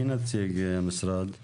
מי נציג המשרד איתנו.